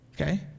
Okay